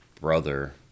brother